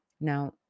Now